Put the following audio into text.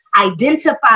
identify